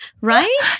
Right